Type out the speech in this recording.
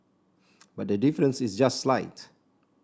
but the difference is just slight